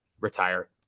retire